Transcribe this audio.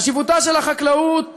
חשיבותה של החקלאות